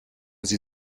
sie